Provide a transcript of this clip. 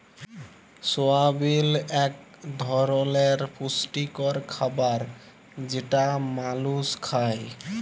সয়াবিল এক ধরলের পুষ্টিকর খাবার যেটা মালুস খায়